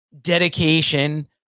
dedication